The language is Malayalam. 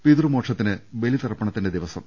പിതൃമോക്ഷത്തിന് ബലിതർപ്പ ണത്തിന്റെ ദിവസം